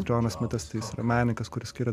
džonas smitas tai jis yra menininkas kuris skiria